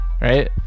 right